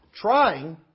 trying